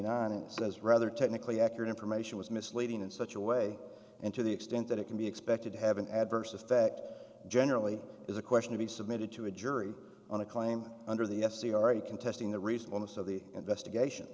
nine and says rather technically accurate information was misleading in such a way and to the extent that it can be expected to have an adverse effect generally is a question to be submitted to a jury on a claim under the s c already contesting the reasonableness of the investigation